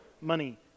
money